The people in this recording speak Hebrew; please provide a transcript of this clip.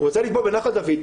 רוצה לטבול בנחל דוד,